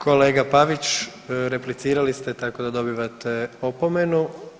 Kolega Pavić, replicirali ste tako da dobivate opomenu.